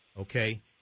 Okay